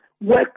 work